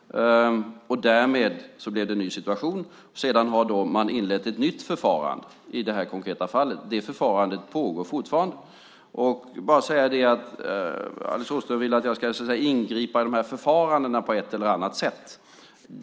Därmed blev det en ny situation. Sedan har man inlett ett nytt förfarande i det här konkreta fallet. Det förfarandet pågår fortfarande. Alice Åström vill att jag ska ingripa i de här förfarandena på ett eller annat sätt.